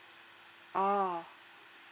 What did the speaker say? oh